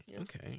okay